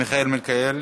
חבר הכנסת מיכאל מלכיאלי,